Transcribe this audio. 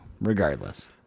regardless